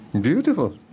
beautiful